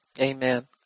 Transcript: Amen